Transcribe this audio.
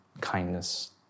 kindness